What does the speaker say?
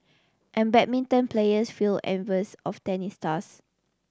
and badminton players feel envious of tennis stars